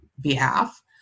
behalf